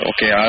Okay